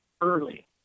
early